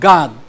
God